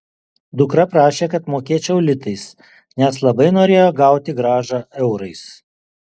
dukra prašė kad mokėčiau litais nes labai norėjo gauti grąžą eurais